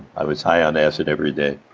i was high on acid every day.